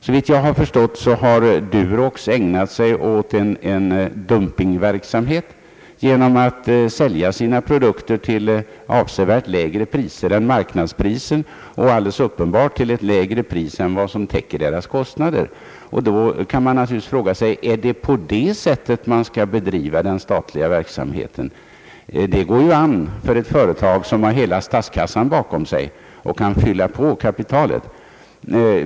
Såvitt jag har förstått har Durox ägnat sig åt dumpingverksamhet genom att sälja sina produkter till avsevärt lägre priser än marknadspriser och alldeles uppenbart till ett lägre pris än som täcker kostnaderna. Man kan ju fråga sig: Är det på det sättet man skall driva den statliga verksamheten? Det går an för ett företag som har hela statskassan bakom sig och kan fylla på kapitalet.